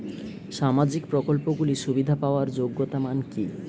সামাজিক প্রকল্পগুলি সুবিধা পাওয়ার যোগ্যতা মান কি?